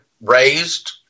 raised